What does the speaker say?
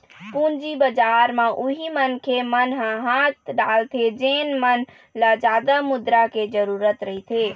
पूंजी बजार म उही मनखे मन ह हाथ डालथे जेन मन ल जादा मुद्रा के जरुरत रहिथे